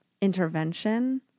intervention